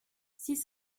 six